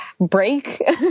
break